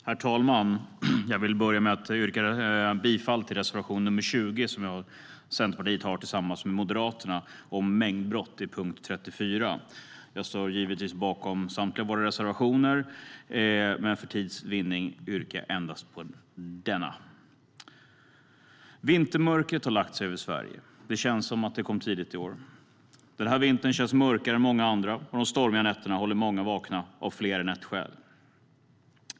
Herr talman! Jag vill börja med att yrka bifall till reservation nr 20 om mängdbrott som Centerpartiet har tillsammans med Moderaterna under punkt 34. Jag står givetvis bakom samtliga våra reservationer, men för tids vinnande yrkar jag bifall endast till denna. Vintermörkret har lagt sig över Sverige. Det känns som att det kom tidigt i år. Den här vintern känns mörkare än många andra, och de stormiga nätterna håller många vakna av fler än ett skäl.